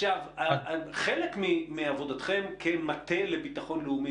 חלק מעבודתכם כמטה לביטחון לאומי,